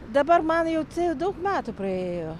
dabar man jau ti daug metų praėjo